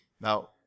Now